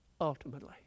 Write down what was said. ultimately